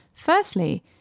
Firstly